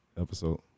episode